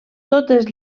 totes